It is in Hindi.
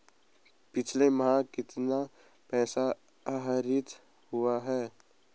पिछले माह कितना पैसा आहरित हुआ है?